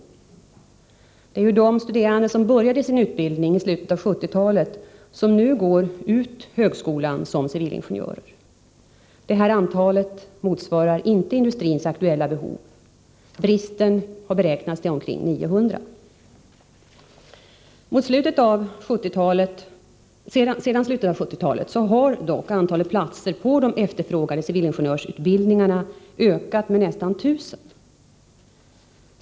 Det är ju de studerande som började sin utbildning i slutet av 1970-talet som nu går ut högskolan som civilingenjörer. Det här antalet motsvarar inte industrins aktuella behov. Bristen har beräknats till omkring 900. Sedan slutet av 1970-talet har dock antalet platser på de efterfrågade civilingenjörsutbildningarna ökat med nästan 1 000.